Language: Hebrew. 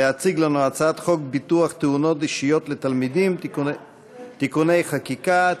להציג לנו את הצעת חוק ביטוח תאונות אישיות לתלמידים (תיקוני חקיקה),